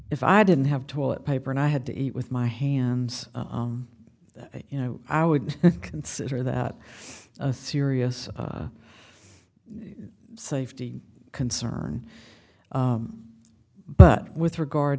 if i didn't have toilet paper and i had to eat with my hands you know i would consider that a serious safety concern but with regard